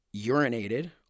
urinated